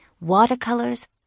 watercolors